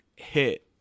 hit